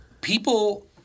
people